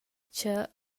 cha